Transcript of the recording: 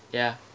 ya